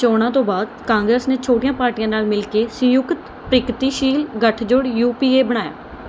ਚੋਣਾਂ ਤੋਂ ਬਾਅਦ ਕਾਂਗਰਸ ਨੇ ਛੋਟੀਆਂ ਪਾਰਟੀਆਂ ਨਾਲ ਮਿਲ ਕੇ ਸੰਯੁਕਤ ਪ੍ਰਗਤੀਸ਼ੀਲ ਗਠਜੋੜ ਯੂ ਪੀ ਏ ਬਣਾਇਆ